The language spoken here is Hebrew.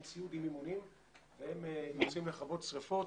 עם ציוד ועם אימונים והם יוצאים לכבות שריפות.